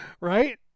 right